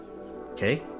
okay